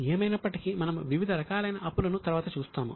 ఏమైనప్పటికి మనము వివిధ రకాలైన అప్పులను తరువాత చూస్తాము